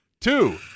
Two